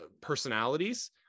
personalities